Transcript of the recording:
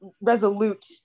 resolute